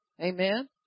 Amen